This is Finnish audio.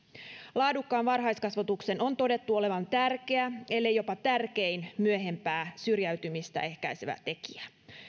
laadukkaan varhaiskasvatuksen on todettu olevan tärkeä ellei jopa tärkein myöhempää syrjäytymistä ehkäisevä tekijä